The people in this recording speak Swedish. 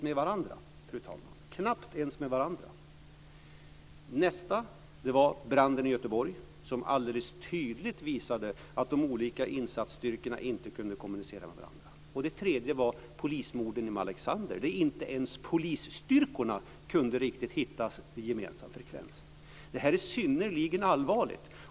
Det andra katastrofläget var branden i Göteborg som alldeles tydligt visade att de olika insatsstyrkorna inte kunde kommunicera med varandra. Det tredje katastrofläget var polismorden i Malexander där inte ens polisstyrkorna riktigt kunde hitta en gemensam frekvens. Detta är synnerligen allvarligt.